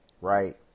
right